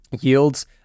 yields